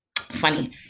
Funny